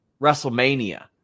WrestleMania